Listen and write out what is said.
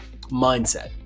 mindset